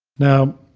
now,